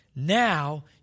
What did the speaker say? Now